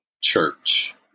church